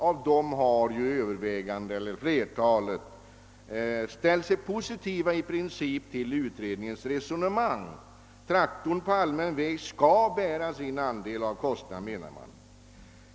Av dem har flertalet i princip ställt sig positiva till utredningens resonemang. Traktorn på allmän väg skall bära sin andel av kostnaderna, menar man.